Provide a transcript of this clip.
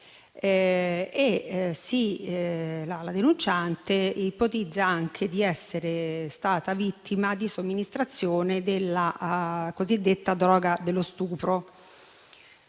La denunciante ipotizza anche di essere stata vittima di somministrazione della cosiddetta droga dello stupro.